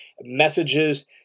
messages